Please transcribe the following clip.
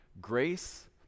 grace